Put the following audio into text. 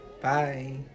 Bye